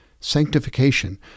Sanctification